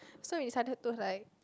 so we decided to like